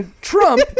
Trump